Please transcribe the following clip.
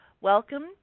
Welcome